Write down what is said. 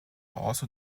also